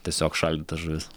tiesiog šaldyta žuvis